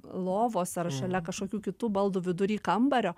lovos ar šalia kažkokių kitų baldų vidury kambario